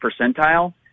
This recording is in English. percentile